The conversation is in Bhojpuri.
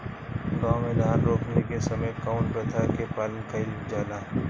गाँव मे धान रोपनी के समय कउन प्रथा के पालन कइल जाला?